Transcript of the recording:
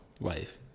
life